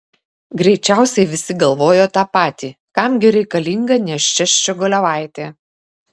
greičiausiai visi galvojo tą patį kam gi reikalinga nėščia ščiogolevaitė